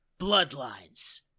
Bloodlines